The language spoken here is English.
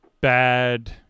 bad